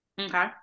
Okay